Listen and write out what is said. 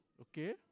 Okay